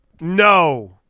No